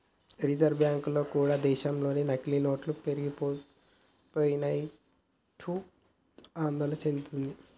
reserve bank కూడా దేశంలో నకిలీ నోట్లు పెరిగిపోయాయంటూ ఆందోళన చెందుతున్నది